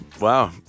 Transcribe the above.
Wow